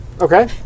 Okay